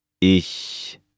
Ich